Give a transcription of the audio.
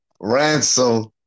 Ransom